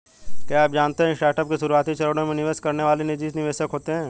क्या आप जानते है स्टार्टअप के शुरुआती चरणों में निवेश करने वाले निजी निवेशक होते है?